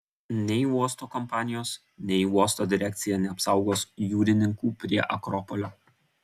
nei uosto kompanijos nei uosto direkcija neapsaugos jūrininkų prie akropolio